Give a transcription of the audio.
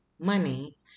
money